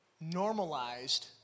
normalized